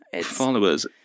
followers